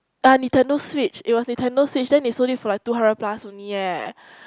ah Nintendo switch it was Nintendo switch then they sold it for like two hundred plus only eh